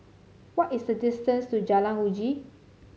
what is the distance to Jalan Uji